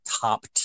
top